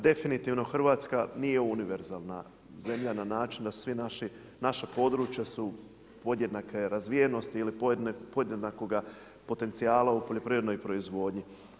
Definitivno Hrvatska nije univerzalna zemlja na način da sva naša područja su, podjednaka je razvijenost ili podjednakoga potencijala u poljoprivrednoj proizvodnji.